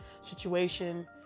situation